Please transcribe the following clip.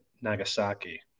Nagasaki